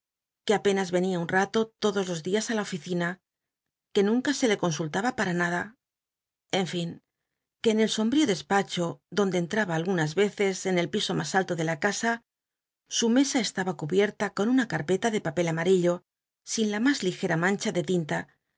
que apenas venia un rato todos los dias la oficina uc nunc t se le consultnba para nada en jln uc en el sombrío despacho donde entraba algunas cces en el piso mas alto de in pela de casa su mesa estaba cubier'la con una car papel amarillo sin la mas ligera mancha de tinta